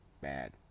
bad